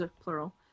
plural